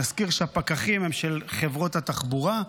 נזכיר שהפקחים הם של חברות התחבורה,